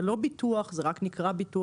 זה לא ביטוח, זה רק נקרא ביטוח.